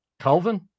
Calvin